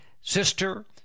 Sister